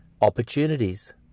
opportunities